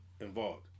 involved